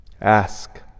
Ask